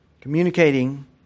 Communicating